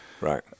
Right